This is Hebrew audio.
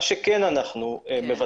מה שאנחנו כן מבצעים,